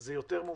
זה יותר מובטלים,